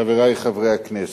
חברי חברי הכנסת,